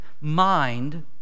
mind